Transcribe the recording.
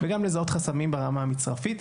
וגם לזהות חסמים ברמה המצרפית.